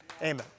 Amen